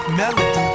melody